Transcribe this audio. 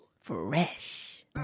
fresh